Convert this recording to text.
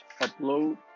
upload